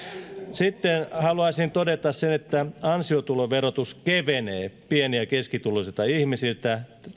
sitten haluaisin todeta sen että ansiotuloverotus kevenee pieni ja keskituloisilta ihmisiltä